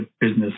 business